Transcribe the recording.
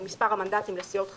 או לפי מספר המנדטים לסיעות חדשות,